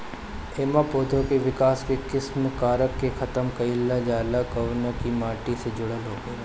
एमे पौधा के विकास के सिमित कारक के खतम कईल जाला जवन की माटी से जुड़ल होखेला